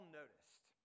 noticed